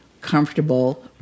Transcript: comfortable